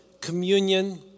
communion